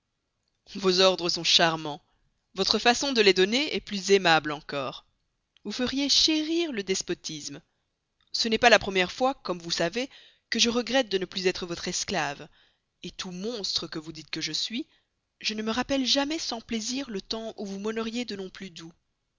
vos ordres sont charmants votre façon de les donner est plus aimable encore vous feriez chérir le despotisme ce n'est pas la première fois comme vous savez que je regrette de ne plus être votre esclave tout monstre que vous dites que je suis je ne me rappelle jamais sans plaisir le temps où vous m'honoriez de noms plus doux